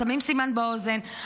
שמים סימן באוזן,